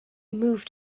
moved